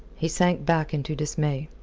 he sank back into dismay.